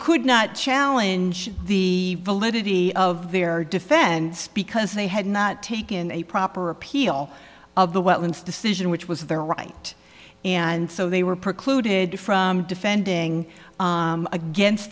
could not challenge the validity of their defense because they had not taken a proper appeal of the wetlands decision which was their right and so they were precluded from defending against